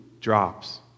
drops